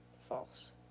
False